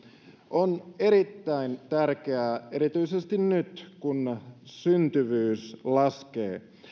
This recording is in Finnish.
on erittäin tärkeää erityisesti nyt kun syntyvyys laskee